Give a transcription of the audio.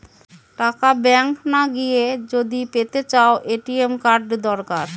টাকা ব্যাঙ্ক না গিয়ে যদি পেতে চাও, এ.টি.এম কার্ড দরকার